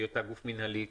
בהיותה גוף מנהלי,